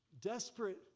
desperate